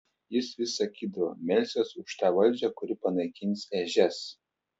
jis vis sakydavo melsiuos už tą valdžią kuri panaikins ežias